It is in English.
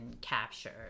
captured